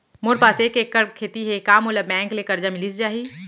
मोर पास एक एक्कड़ खेती हे का मोला बैंक ले करजा मिलिस जाही?